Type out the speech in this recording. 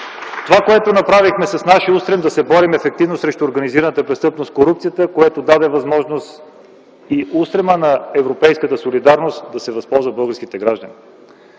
Това, което направихме с нашия устрем – да се борим ефективно срещу организираната престъпност и корупцията, което даде възможност от устрема на европейската солидарност да се възползват българските граждани.